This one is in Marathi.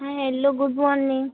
हां हॅल्लो गुड मॉन्निंग